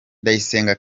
ndayisenga